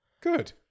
Good